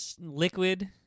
Liquid